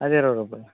అది ఇరవై రూపాయలు